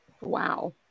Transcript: Wow